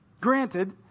Granted